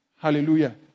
Hallelujah